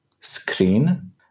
screen